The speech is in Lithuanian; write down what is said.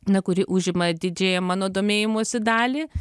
na kuri užima didžiąją mano domėjimosi dalį